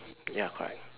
ya correct